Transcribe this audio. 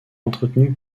entretenus